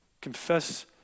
Confess